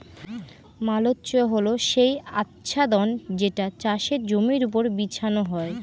mulch হল সেই আচ্ছাদন যেটা চাষের জমির ওপর বিছানো হয়